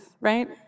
right